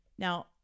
Now